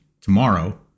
tomorrow